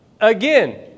again